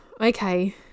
okay